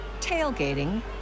tailgating